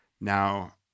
Now